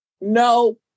No